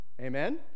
Amen